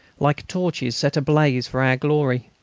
like torches set ablaze for our glory.